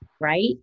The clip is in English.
right